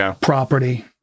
property